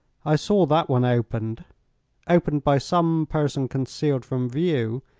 i saw that one opened opened by some person concealed from view,